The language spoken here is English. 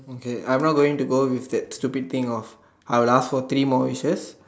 okay I'm not going to go with that stupid thing of I will ask for three more wishes